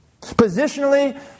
Positionally